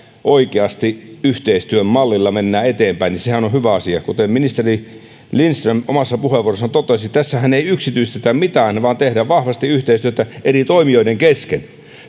oikeasti yhteistyön mallilla eteenpäin sehän on hyvä asia kuten ministeri lindström omassa puheenvuorossaan totesi tässähän ei yksityistetä mitään vaan tehdä vahvasti yhteistyötä eri toimijoiden kesken